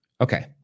Okay